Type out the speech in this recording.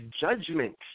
judgment